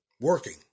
working